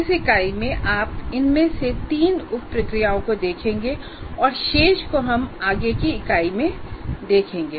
इस इकाई में आप इनमें से तीन उप प्रक्रियाओं को देखेंगे और शेष को हम आगे की इकाई में देखेंगे